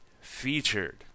featured